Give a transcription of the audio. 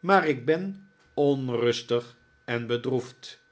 maar ik ben onrustig en bedroefd